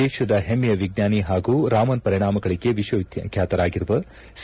ದೇಶದ ಹೆಮ್ಮೆಯ ವಿಜ್ಞಾನಿ ಪಾಗೂ ರಾಮನ್ ಪರಿಣಾಮಗಳಿಗೆ ವಿಶ್ವವಿಖ್ಯಾತರಾಗಿರುವ ಸಿ